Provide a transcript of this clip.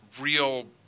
real